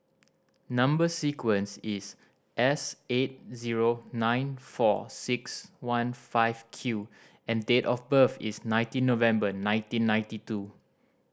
number sequence is S eight zero nine four six one five Q and date of birth is nineteen November nineteen ninety two